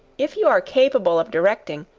if you are capable of directing,